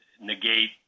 negate